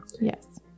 Yes